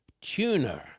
tuner